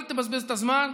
אל תבזבז את הזמן.